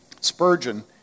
Spurgeon